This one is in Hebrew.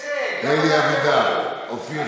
ואז ינון זז הצידה, חזר אליי, הוא וקרעי,